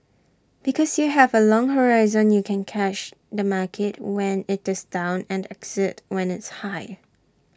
because you have A long horizon you can catch the market when IT is down and exit when it's high